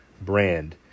brand